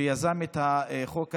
שיזם את החוק הזה,